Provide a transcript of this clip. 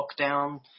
lockdown